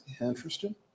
interesting